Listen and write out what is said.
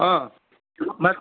मा